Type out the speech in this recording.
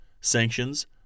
sanctions